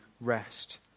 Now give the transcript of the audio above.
rest